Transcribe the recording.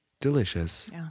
delicious